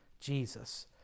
Jesus